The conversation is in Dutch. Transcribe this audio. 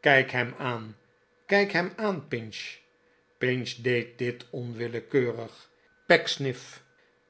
kijk hem aan kijk hem aan pinch pinch deed dit onwillekeurig pecksniff